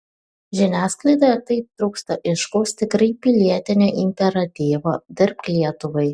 žiniasklaidoje taip trūksta aiškaus tikrai pilietinio imperatyvo dirbk lietuvai